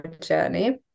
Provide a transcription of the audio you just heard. journey